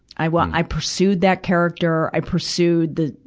i want, i pursued that character, i pursued that,